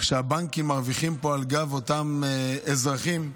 שהבנקים מרוויחים פה על גב אותם אזרחים,